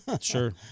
Sure